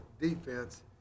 defense